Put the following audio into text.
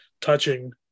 touching